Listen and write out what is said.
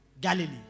Galilee